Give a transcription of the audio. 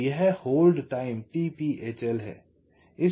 तो यह hold time t p hl है